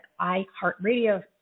iHeartRadio